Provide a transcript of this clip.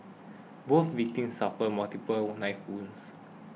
both victims suffered multiple knife wounds